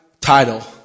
title